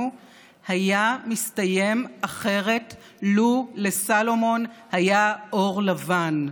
היה מסתיים אחרת לו לסלומון היה עור לבן.